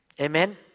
Amen